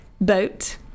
boat